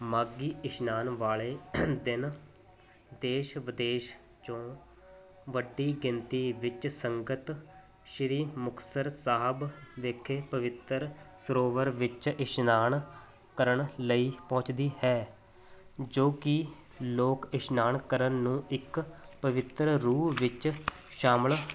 ਮਾਘੀ ਇਸ਼ਨਾਨ ਵਾਲੇ ਦਿਨ ਦੇਸ਼ ਵਿਦੇਸ਼ 'ਚੋਂ ਵੱਡੀ ਗਿਣਤੀ ਵਿੱਚ ਸੰਗਤ ਸ਼੍ਰੀ ਮੁਕਤਸਰ ਸਾਹਿਬ ਵਿਖੇ ਪਵਿੱਤਰ ਸਰੋਵਰ ਵਿੱਚ ਇਸ਼ਨਾਨ ਕਰਨ ਲਈ ਪਹੁੰਚਦੀ ਹੈ ਜੋ ਕਿ ਲੋਕ ਇਸ਼ਨਾਨ ਕਰਨ ਨੂੰ ਇੱਕ ਪਵਿੱਤਰ ਰੂਹ ਵਿੱਚ ਸ਼ਾਮਿਲ